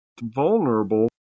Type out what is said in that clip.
vulnerable